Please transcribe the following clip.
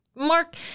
Mark